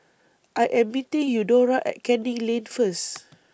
I Am meeting Eudora At Canning Lane First